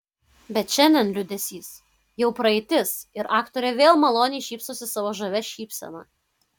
bet šiandien liūdesys jau praeitis ir aktorė vėl maloniai šypsosi savo žavia šypsena